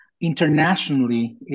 Internationally